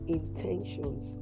intentions